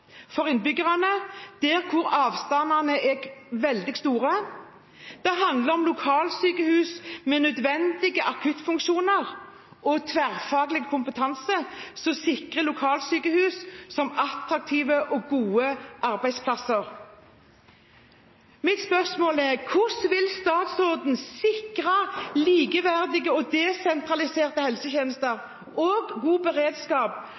for innbyggerne der avstandene er veldig store. Det handler om lokalsykehus med nødvendige akuttfunksjoner og tverrfaglig kompetanse som sikrer lokalsykehus som attraktive og gode arbeidsplasser. Mitt spørsmål er: Hvordan vil statsråden sikre likeverdige og desentraliserte helsetjenester og god beredskap